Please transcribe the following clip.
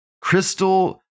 Crystal